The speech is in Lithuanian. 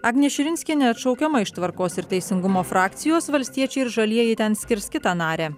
agnė širinskienė atšaukiama iš tvarkos ir teisingumo frakcijos valstiečiai ir žalieji ten skirs kitą narę